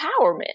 empowerment